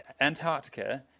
Antarctica